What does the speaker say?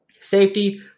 Safety